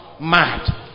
Mad